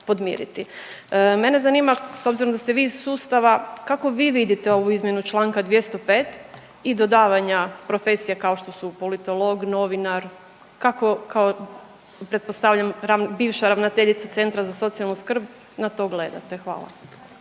podmiriti. Mene zanima s obzirom da ste vi iz sustava kako vi vidite ovu izmjenu čl. 205. i dodavanja profesije kao što su politolog, novinar, kako kao pretpostavljam bivša ravnateljica Centra za socijalnu skrb na to gledate. Hvala.